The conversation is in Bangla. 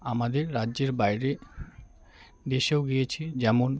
আমাদের রাজ্যের বাইরে দেশেও গিয়েছি যেমন